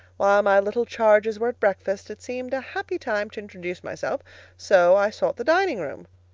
while my little charges were at breakfast, it seemed a happy time to introduce myself so i sought the dining room.